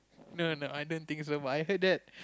no no no I don't think so but I heard that